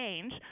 change